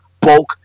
bulk